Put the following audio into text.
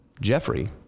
Jeffrey